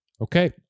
okay